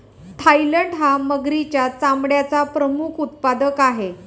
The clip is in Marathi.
थायलंड हा मगरीच्या चामड्याचा प्रमुख उत्पादक आहे